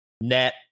net